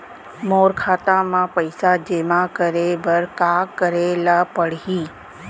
मोर खाता म पइसा जेमा करे बर का करे ल पड़ही?